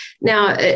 Now